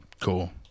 Cool